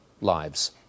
lives